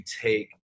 take